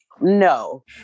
No